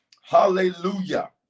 Hallelujah